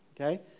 okay